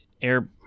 air